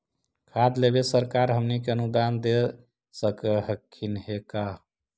खाद लेबे सरकार हमनी के अनुदान दे सकखिन हे का?